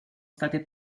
state